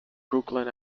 brooklyn